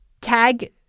tag